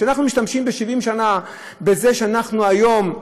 כשאנחנו משתמשים ב-70 שנה, בזה שאנחנו היום,